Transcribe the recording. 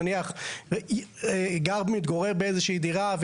נניח שהוא גר באיזושהי דירה,